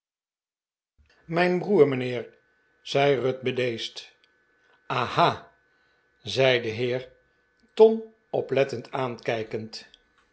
mijn broer mijnheer zei ruth bedeesd aha zei de heer tom oplettend aankijkend